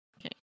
Okay